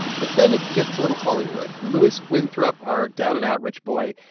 but then it gets a little hollywood. louis winthorpe, our down-and-out rich boy,